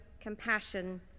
compassion